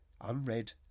Unread